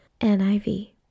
NIV